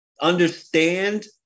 understand